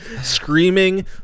Screaming